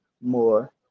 more